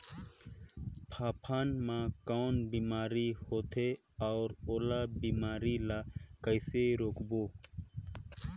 फाफण मा कौन बीमारी होथे अउ ओला बीमारी ला कइसे रोकबो?